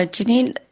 Janine